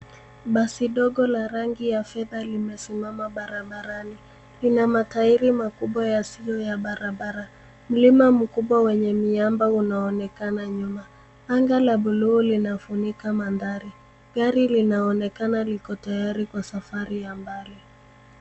Basi dogo la rangi ya fedha limesimama barabarani .Lina mataili makubwa yasiyo ya barabara. Mlima mkubwa wenye miamba unaonekana nyuma. Anga la bluu linafunika mandhari. Gari linaonekana liko tayari kwa safari ya mbali.